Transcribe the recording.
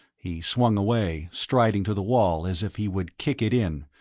he swung away, striding to the wall as if he would kick it in,